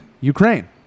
Ukraine